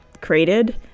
created